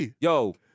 Yo